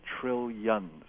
trillions